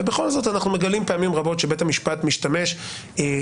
ובכל זאת אנחנו מגלים פעמים רבות שבית המשפט משתמש בעילת